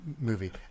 Movie